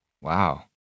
Wow